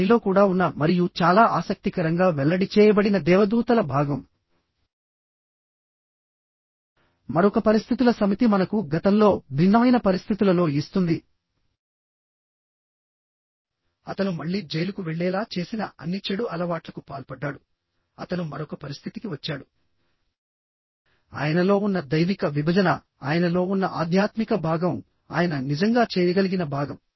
అతనిలో కూడా ఉన్న మరియు చాలా ఆసక్తికరంగా వెల్లడి చేయబడిన దేవదూతల భాగం మరొక పరిస్థితుల సమితి మనకు గతంలో భిన్నమైన పరిస్థితులలో ఇస్తుంది అతను మళ్ళీ జైలుకు వెళ్ళేలా చేసిన అన్ని చెడు అలవాట్లకు పాల్పడ్డాడు అతను మరొక పరిస్థితికి వచ్చాడు ఆయనలో ఉన్న దైవిక విభజన ఆయనలో ఉన్న ఆధ్యాత్మిక భాగం ఆయన నిజంగా చేయగలిగిన భాగం